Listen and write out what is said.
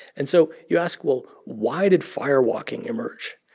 and so you ask, well, why did fire walking emerge?